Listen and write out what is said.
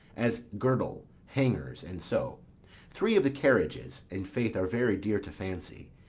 as girdle, hangers, and so three of the carriages, in faith, are very dear to fancy,